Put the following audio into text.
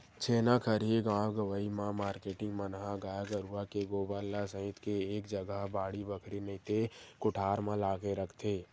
छेना खरही गाँव गंवई म मारकेटिंग मन ह गाय गरुवा के गोबर ल सइत के एक जगा बाड़ी बखरी नइते कोठार म लाके रखथे